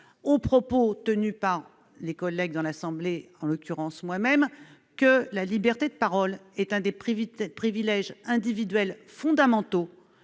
aux propos tenus dans l'assemblée, en l'occurrence aux miens, que la liberté de parole est un des privilèges individuels fondamentaux